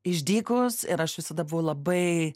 išdykus ir aš visada buvau labai